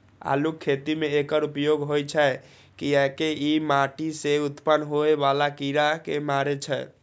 आलूक खेती मे एकर उपयोग होइ छै, कियैकि ई माटि सं उत्पन्न होइ बला कीड़ा कें मारै छै